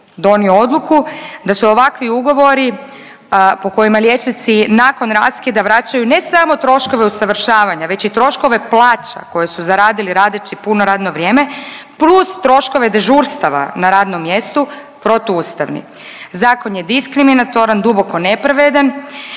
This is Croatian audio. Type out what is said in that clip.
donio odluku da će ovakvi ugovori po kojima liječnici nakon raskida vraćaju ne samo troškove usavršavanja već i troškove plaća koje su zaradili radeći puno radno vrijeme plus troškove dežurstava na radnom mjestu, protuustavni. Zakon je diskriminatoran, duboko nepravedan